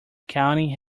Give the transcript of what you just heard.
county